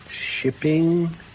shipping